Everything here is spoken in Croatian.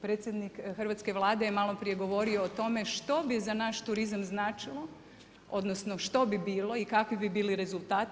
Predsjednik hrvatske Vlade je malo prije govorio o tome što bi za naš turizam značilo, odnosno što bi bilo i kakvi bi bili rezultati.